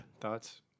Thoughts